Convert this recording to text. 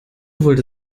wollte